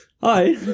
Hi